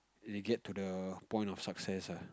they get to the point of success ah